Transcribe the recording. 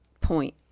point